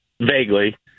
vaguely